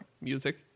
music